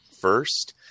first